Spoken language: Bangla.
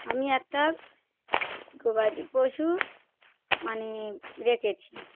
আমি একটা গবাদি পশু মানে রেকেছি